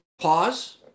pause